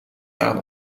daar